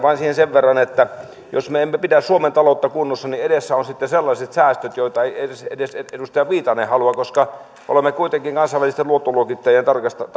siihen vain sen verran että jos emme pidä suomen taloutta kunnossa edessä on sitten sellaiset säästöt joita ei edes edes edustaja viitanen halua koska olemme kuitenkin kansainvälisten luottoluokittajien tarkastelun